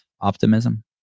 optimism